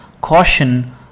caution